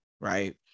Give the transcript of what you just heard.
right